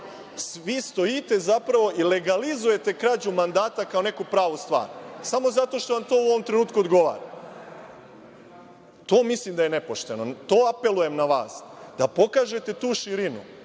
vi stojite i legalizujete krađu mandata kao neku pravu stvar, samo zato što vam to u ovom trenutku odgovara. To mislim da je nepošteno. To apelujem na vas, da pokažete tu širinu,